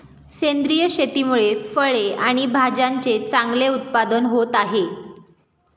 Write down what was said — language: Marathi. सेंद्रिय शेतीमुळे फळे आणि भाज्यांचे चांगले उत्पादन होत आहे